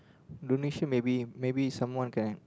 donation maybe maybe someone can